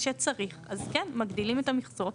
כשצריך אז כן, מגדילים את המכסות.